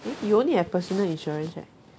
eh you only have personal insurance right